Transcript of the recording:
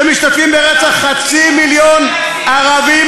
חבר הכנסת דיכטר,